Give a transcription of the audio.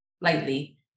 lightly